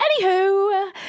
Anywho